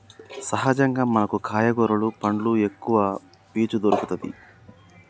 సహజంగా మనకు కాయ కూరలు పండ్లు ఎక్కవ పీచు దొరుకతది